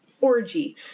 orgy